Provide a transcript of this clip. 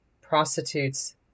prostitutes